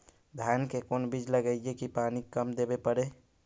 धान के कोन बिज लगईऐ कि पानी कम देवे पड़े?